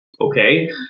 okay